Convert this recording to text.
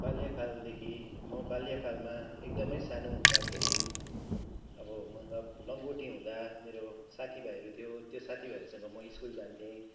बाल्यकालदेखि म बाल्यकालमा एकदमै सानो हुँदाखेरि अब मतलब लङ्गोटी हुँदा मेरो साथीभाइहरू थियो त्यो साथीभाइहरूसँग म स्कुल जान्थेँ